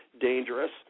dangerous